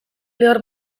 lehor